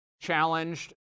challenged